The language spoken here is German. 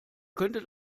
könntet